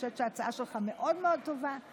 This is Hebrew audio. אני חושבת שההצעה שלך מאוד מאוד טובה,